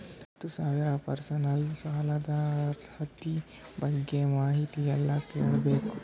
ಹತ್ತು ಸಾವಿರ ಪರ್ಸನಲ್ ಸಾಲದ ಅರ್ಹತಿ ಬಗ್ಗೆ ಮಾಹಿತಿ ಎಲ್ಲ ಕೇಳಬೇಕು?